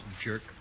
jerk